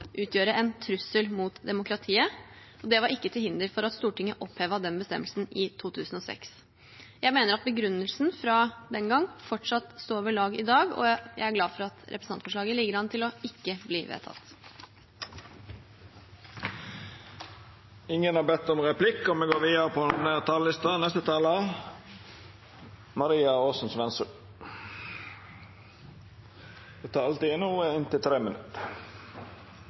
utgjøre en trussel for demokratiet, men det var ikke til hinder for at Stortinget opphevet den bestemmelsen i 2006. Jeg mener at begrunnelsen fra den gang fortsatt står ved lag i dag, og jeg er glad for at representantforslaget ligger an til ikke å bli vedtatt. Dei talarane som heretter får ordet, har ei taletid på